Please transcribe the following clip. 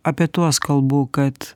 apie tuos kalbu kad